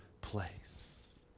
place